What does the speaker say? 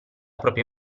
propria